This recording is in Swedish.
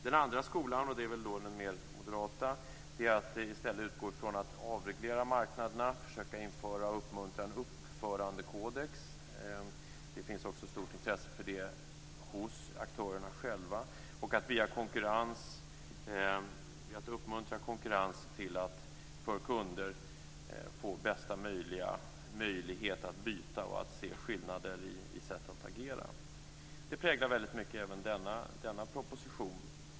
Den andra skolan, och det är väl den mer moderata, är att i stället utgå från att avreglera marknaderna och försöka att införa och uppmuntra en uppförandekodex, vilket det finns ett stort intresse av också hos aktörerna själva, och att uppmuntra konkurrens för att kunder skall få bästa möjlighet att byta och att se skillnader i sättet att agera. Detta präglar väldigt mycket även denna proposition.